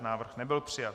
Návrh nebyl přijat.